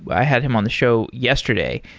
i had him on the show yesterday,